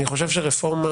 אני חושב שרפורמה,